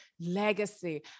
Legacy